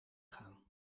gaan